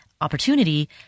opportunity